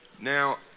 Now